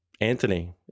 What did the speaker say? Anthony